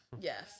Yes